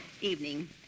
Evening